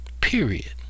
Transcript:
Period